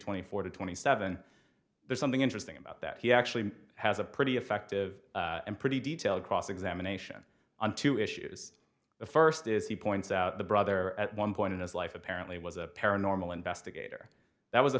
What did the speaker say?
twenty four twenty seven there's something interesting about that he actually has a pretty effective and pretty detailed cross examination on two issues the first is he points out the brother at one point in his life apparently was a paranormal investigator that was